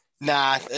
Nah